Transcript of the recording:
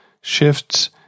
shifts